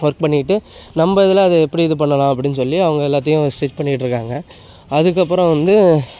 work பண்ணிக்கிட்டு நம்ப இதில் அதை எப்படி இது பண்ணலாம் அப்படின்னு சொல்லி அவங்க எல்லாத்தையும் ஸ்டிச் பண்ணிகிட்டு இருக்காங்க அதற்கப்பறோம் வந்து